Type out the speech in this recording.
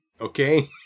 okay